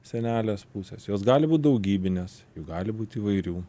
sienelės pusės jos gali būt daugybinės jų gali būti įvairių